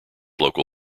local